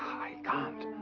i can't!